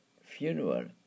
funeral